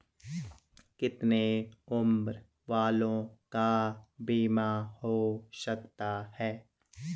कितने उम्र वालों का बीमा हो सकता है?